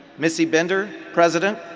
missy bender, president,